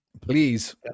Please